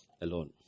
Alone